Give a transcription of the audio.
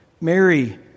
Mary